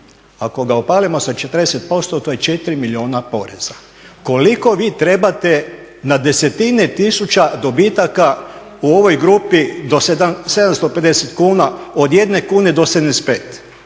Ako ga opalimo sa 40% to je 4 milijuna poreza. Koliko vi trebate na desetine tisuća dobitaka u ovoj grupi do 750 kuna od jedne kune do 75.